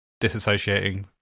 Disassociating